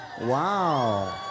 Wow